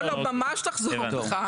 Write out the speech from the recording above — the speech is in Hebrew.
לא, ממש תחזור בך.